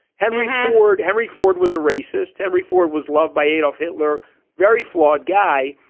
henry ford henry ford was a racist. henry ford was loved by adolf hitler very flawed guy.